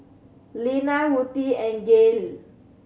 Lenna Ruthie and Gael